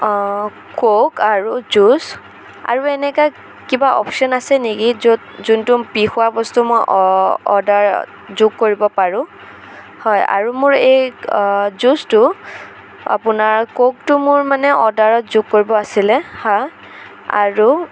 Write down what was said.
অঁ ক'ক আৰু জুচ আৰু এনেকুৱা কিবা অপচন আছে নেকি য'ত যোনটো পি খোৱা বস্তু মই অৰ্ডাৰ যোগ কৰিব পাৰোঁ হয় আৰু মোৰ এই জুচটো আপোনাৰ ক'কটো মোৰ মানে অৰ্ডাৰত যোগ কৰিব আছিলে হাঁ আৰু